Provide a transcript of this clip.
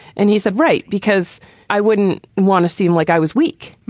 and he said, right. because i wouldn't want to seem like i was weak.